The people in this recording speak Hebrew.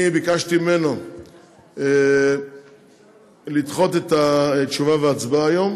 אני ביקשתי ממנו לדחות את התשובה וההצבעה היום